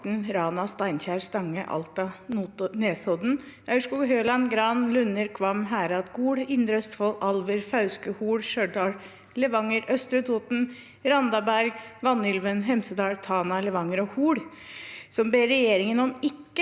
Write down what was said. som ber regjeringen om ikke